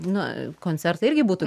nu koncertai irgi būtų